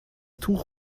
tuch